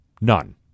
None